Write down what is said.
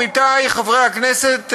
עמיתי חברי הכנסת,